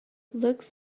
looks